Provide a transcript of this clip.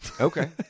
Okay